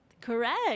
correct